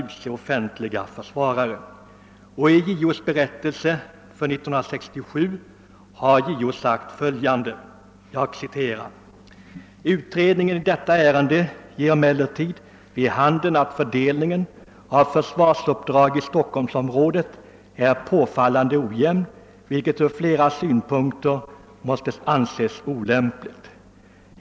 I sin berättelse för år 1967 har JO anfört bl.a. följande: lertid vid handen, att fördelningen av försvarsuppdrag i Stockholmsområdet är påfallande ojämn, vilket ur flera synpunkter måste anses olämpligt.